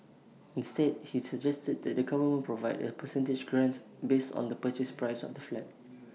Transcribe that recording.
instead he suggested that the government Provide A percentage grant based on the purchase price of the flat